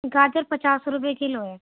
گاجر پچاس روپئے کلو ہے